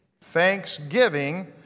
thanksgiving